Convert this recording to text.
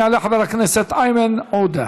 יעלה חבר הכנסת איימן עודה,